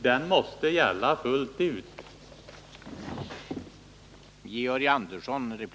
Den måste Onsdagen den